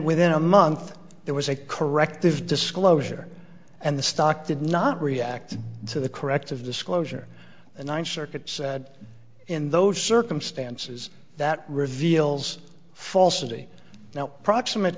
within a month there was a corrective disclosure and the stock did not react to the corrective disclosure and one circuit said in those circumstances that reveals falsity now proximate